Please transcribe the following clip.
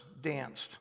danced